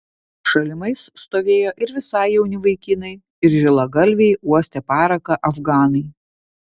šalimais stovėjo ir visai jauni vaikinai ir žilagalviai uostę paraką afganai